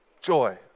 Joy